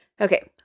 Okay